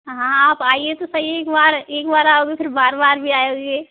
हाँ आप आइये तो सही एक बार एक बार आओगे फिर बार बार भी आओगे